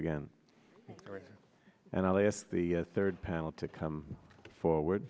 again and i'll ask the third panel to come forward